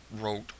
wrote